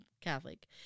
Catholic